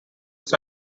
its